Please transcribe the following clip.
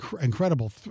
incredible